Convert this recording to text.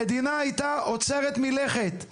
המדינה הייתה עומדת מלכת.